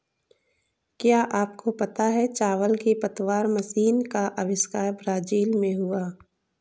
क्या आपको पता है चावल की पतवार मशीन का अविष्कार ब्राज़ील में हुआ